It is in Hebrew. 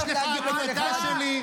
יש לך את ההקלטה שלי?